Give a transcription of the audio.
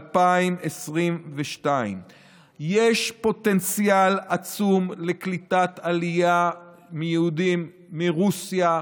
2022. יש פוטנציאל עצום לקליטת עלייה של יהודים מרוסיה,